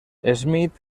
smith